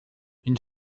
une